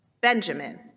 Benjamin